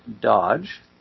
dodge